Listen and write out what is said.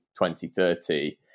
2030